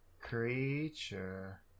creature